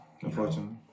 Unfortunately